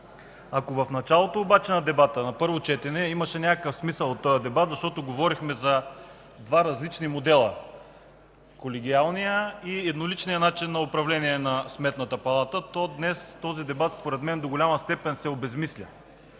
Ако в началото на дебата обаче на първо четене имаше някакъв смисъл от този дебат, защото говорехме за два различни модела – колегиалният и едноличният начин на управление на Сметната палата, то днес този дебат според мен до голяма степен се обезсмисля.